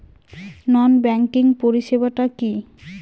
নন banking পরিষেবা টা কি?